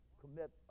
commit